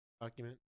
Document